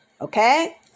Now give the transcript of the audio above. Okay